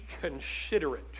considerate